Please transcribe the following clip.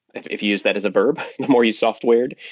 if if you used that as a verb, the more you softwared,